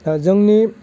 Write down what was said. दा जोंनि